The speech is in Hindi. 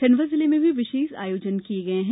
खंडवा जिले में भी विशेष आयोजन किया जाएगा